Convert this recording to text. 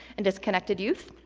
and disconnected youth.